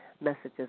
messages